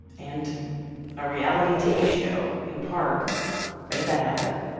and a reality tv show in part made that happen